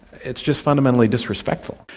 it's just fundamentally disrespectful.